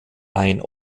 ein